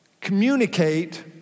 communicate